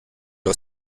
aus